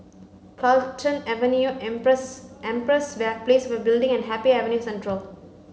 Carlton Avenue Empress Empress Building and Happy Avenue Central